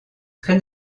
très